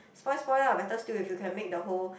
spoil spoil lah better still if you can make the whole